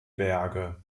berge